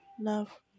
Love